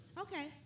Okay